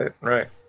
right